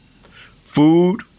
food